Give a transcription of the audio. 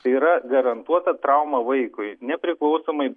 tai yra garantuota trauma vaikui nepriklausomai